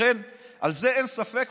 בזה אין ספק.